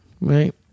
right